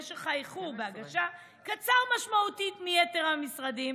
משך האיחור בהגשה קצר משמעותית מביתר המשרדים,